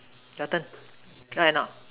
your turn right or not